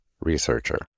researcher